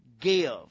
give